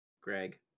Greg